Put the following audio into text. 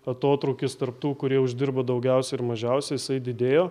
atotrūkis tarp tų kurie uždirba daugiausia ir mažiausiai jisai didėjo